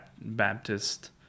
Baptist